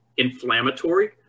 inflammatory